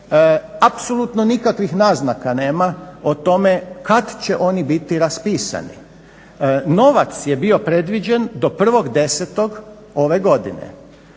apsolutno nikakvih naznaka nema o tome kad će oni biti raspisani. Novac je bio predviđen do 1.10. ove godine.